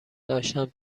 داشتم